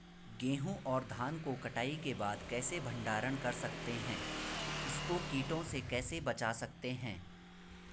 गेहूँ और धान को कटाई के बाद कैसे भंडारण कर सकते हैं इसको कीटों से कैसे बचा सकते हैं?